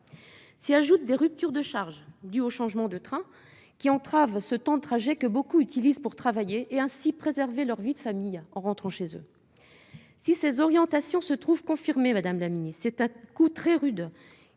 S'y ajoutent des ruptures de charge dues aux changements de train. Or celles-ci entravent ce temps de trajet, que beaucoup utilisent pour travailler et ainsi préserver leur vie de famille en rentrant chez eux. Si ces orientations se trouvent confirmées, c'est un coup très rude